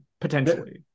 potentially